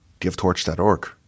GiveTorch.org